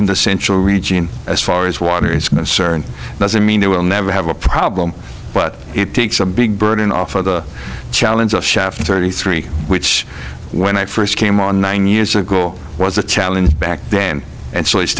in the central region as far as water is concerned doesn't mean there will never have a problem but it takes a big burden off of the challenge of shaft thirty three which when i first came on nine years ago was a challenge back then and so